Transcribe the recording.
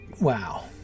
Wow